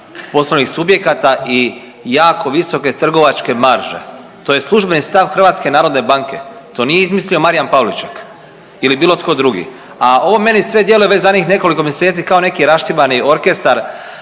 poslovnih subjekata i jako visoke trgovačke marže. To je službeni stav HNB-a, to nije izmislio Marijan Pavliček ili bilo tko drugi, a ovo meni sve djeluje već zadnjih nekoliko mjeseci kao neki raštimani orkestar